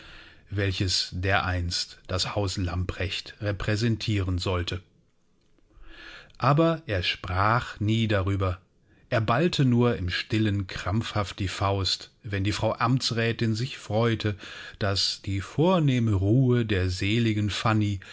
welches dereinst das haus lambrecht repräsentieren sollte aber er sprach nie darüber er ballte nur im stillen krampfhaft die faust wenn die frau amtsrätin sich freute daß die vornehme ruhe der seligen fanny